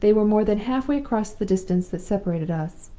they were more than half-way across the distance that separated us,